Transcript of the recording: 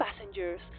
passengers